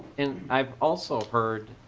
and i also heard